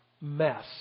mess